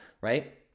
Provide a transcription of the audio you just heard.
Right